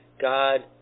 God